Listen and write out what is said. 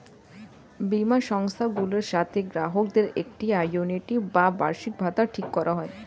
বীমা সংস্থাগুলোর সাথে গ্রাহকদের একটি আ্যানুইটি বা বার্ষিকভাতা ঠিক করা হয়